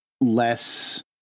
less